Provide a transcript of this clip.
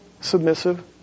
submissive